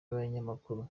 abanyamakuru